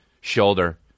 shoulder